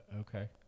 Okay